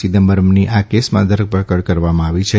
ચિદમ્બરમની આ કેસમાં ધરા કડ કરવામાં આવી છે